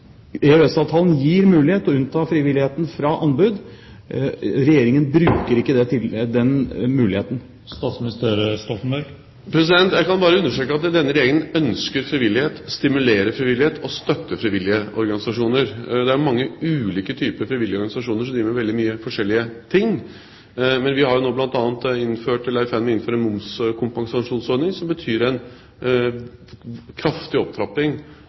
gir mulighet til å unnta frivilligheten fra anbud. Regjeringen bruker ikke den muligheten. Jeg kan bare understreke at denne regjeringen ønsker frivillighet, å stimulere frivillighet og støtte frivillige organisasjoner. Det er mange ulike typer frivillige organisasjoner som driver med veldig mye forskjellige ting, men vi er nå i ferd med å innføre en momskompensasjonsordning som betyr en kraftig opptrapping